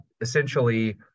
essentially